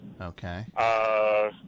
Okay